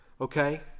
Okay